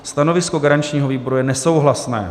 Stanovisko garančního výboru je nesouhlasné.